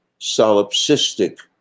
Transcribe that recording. solipsistic